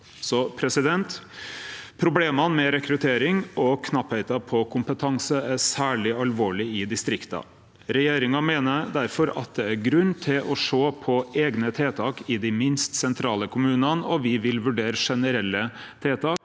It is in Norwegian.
viktige yrka. Problema med rekruttering og knappleik på kompetanse er særleg alvorleg i distrikta. Regjeringa meiner difor det er grunn til å sjå på eigne tiltak i dei minst sentrale kommunane, og vi vil vurdere generelle tiltak